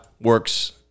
works